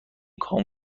کام